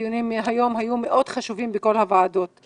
הדיונים היום בכל הוועדות היו מאוד חשובים.